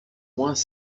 poings